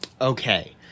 Okay